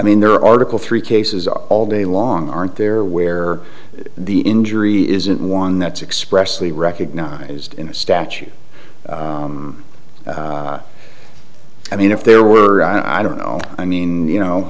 mean there article three cases are all day long aren't there where the injury isn't one that's expressly recognized in a statute i mean if there were i don't know i mean you know